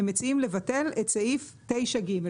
הם מציגים לבטל את סעיף 9(ג).